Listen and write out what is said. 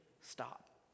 stop